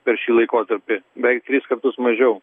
per šį laikotarpį beveik tris kartus mažiau